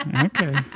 Okay